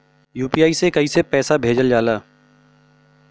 UPI से कइसे पैसा भेजल जाला?